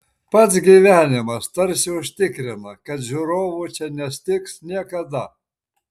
pats gyvenimas tarsi užtikrina kad žiūrovų čia nestigs niekada